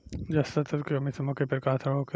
जस्ता तत्व के कमी से मकई पर का असर होखेला?